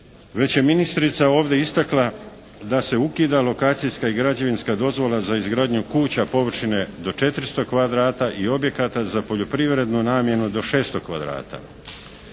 Već je ministrica ovdje istakla da se ukida lokacijska i građevinska dozvola za izgradnju kuća površine do 400 kvadrata i objekata za poljoprivrednu namjenu do 600 kvadrata,